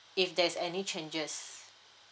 if there's any changes